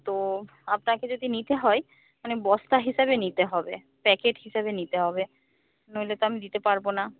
তো আপনাকে যদি নিতে হয় মানে বস্তা হিসাবে নিতে হবে প্যাকেট হিসাবে নিতে হবে নইলে তো আমি দিতে পারব না